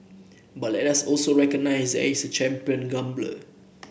but let us also recognise that he is a champion grumbler